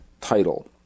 title